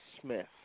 Smith